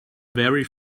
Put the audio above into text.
very